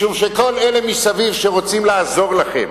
משום שכל אלה מסביב שרוצים לעזור לכם,